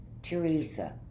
Teresa